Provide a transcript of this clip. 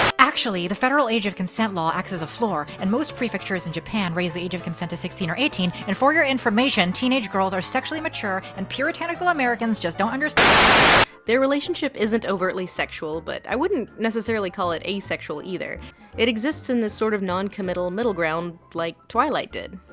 actually the federal age of consent law acts as a floor and most prefectures in japan raise the age of consent to sixteen or eighteen and for your information teenage girls are sexually mature and puritanical americans. just don't understand white noise their relationship isn't overtly sexual but i wouldn't necessarily call it asexual either it exists in this sort of non-committal middle ground like twilight did,